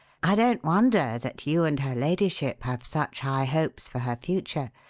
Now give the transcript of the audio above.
i don't wonder that you and her ladyship have such high hopes for her future.